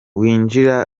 w’ijwi